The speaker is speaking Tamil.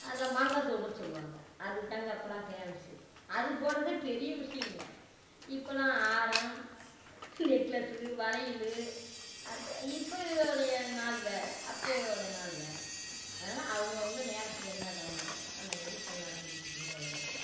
அதான் மாங்காத்தோடுன்னு சொல்லுவாங்கள் அதுதாங்கள் அப்போலாம் ஃபேமஸு அது போடுறதே பெரிய விஷயங்க இப்போலாம் ஆரம் நெக்லஸு வளையலு அது இப்போ இதோடைய நாள் வேற அப்போ அதோடைய நாள் வேற அவங்கவுங்க நேரத்துக்கு என்ன தகுந்ததோ அந்தமாரி இப்போ நடந்துகிட்ருக்குங்க உலகத்துல